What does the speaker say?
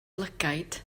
lygaid